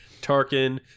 Tarkin